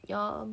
you all